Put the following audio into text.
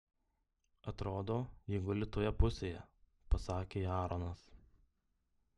atrodo ji guli toje pusėje pasakė aaronas